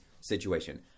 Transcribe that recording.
situation